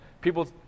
People